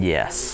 Yes